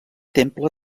temple